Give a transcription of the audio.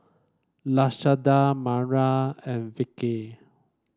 Lashonda Myra and Vickey